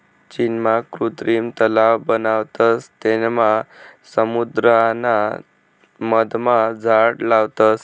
चीनमा कृत्रिम तलाव बनावतस तेनमा समुद्राना मधमा झाड लावतस